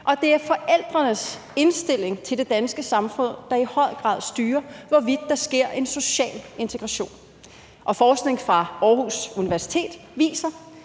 at det er forældrenes indstilling til det danske samfund, der i høj grad styrer, hvorvidt der sker en social integration. Og forskning fra Aarhus Universitet viser,